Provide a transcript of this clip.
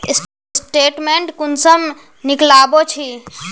Statement कुंसम निकलाबो छी?